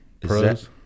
pros